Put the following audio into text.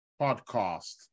podcast